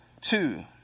two